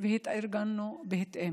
והתארגנו בהתאם.